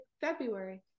February